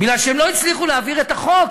מכיוון שהם לא הצליחו להעביר את החוק,